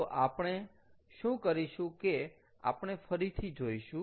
તો આપણે શું કરીશું કે આપણે ફરીથી જોઈશું